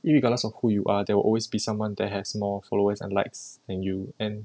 irregardless of who you are there will always be someone that has more followers and likes than you and